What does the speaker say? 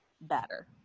better